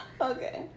Okay